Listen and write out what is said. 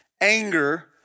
anger